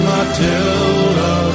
Matilda